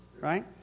right